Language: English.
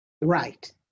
Right